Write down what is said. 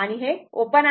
आणि हे ओपन आहे